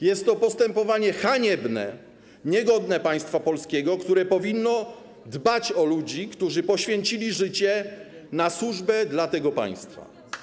Jest to postępowanie haniebne, niegodne państwa polskiego, które powinno dbać o ludzi, którzy poświęcili życie na służbę dla tego państwa.